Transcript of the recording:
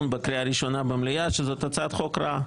בקריאה הראשונה במליאה שזאת הצעת חוק רעה.